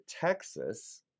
Texas